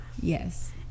Yes